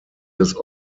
des